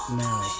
now